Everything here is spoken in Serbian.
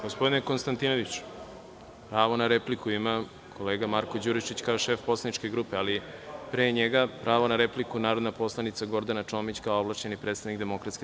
Gospodine Konstantinoviću, pravo na repliku ima Marko Đurišić kao šef poslaničke grupe, ali pre njega pravo na repliku Gordana Čomić, kao ovlašćeni predstavnik DS.